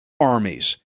armies